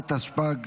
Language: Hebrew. התשפ"ג